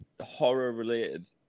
horror-related